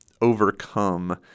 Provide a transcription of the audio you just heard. overcome